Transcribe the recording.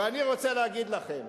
ואני רוצה להגיד לכם,